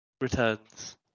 returns